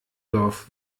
dorf